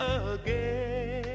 again